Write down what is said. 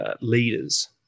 leaders